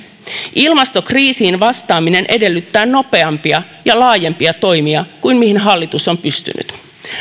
ilmastokriisiin vastaaminen edellyttää nopeampia ja laajempia toimia kuin mihin hallitus on pystynyt